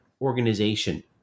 organization